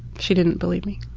she didn't believe me.